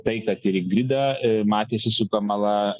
tai kad ir ingrida matėsi su kamala